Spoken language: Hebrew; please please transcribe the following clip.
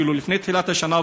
אפילו לפני תחילת השנה,